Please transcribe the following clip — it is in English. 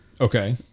Okay